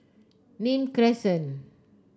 Nim Crescent